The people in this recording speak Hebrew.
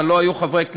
אבל לא היו חברי כנסת,